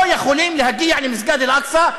לא יכולים להגיע למסגד אל-אקצא,